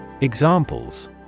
Examples